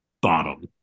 bottom